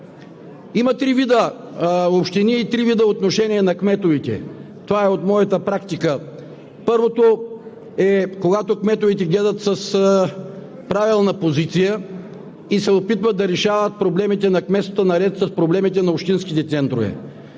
Има три вида общини и три вида отношение на кметовете – това е от моята практика. Първото е, когато кметовете гледат с правилна позиция и се опитват да решават проблемите на кметството наред с проблемите на общинските центрове.